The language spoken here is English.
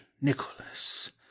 nicholas